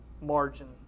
margin